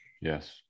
yes